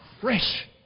fresh